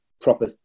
proper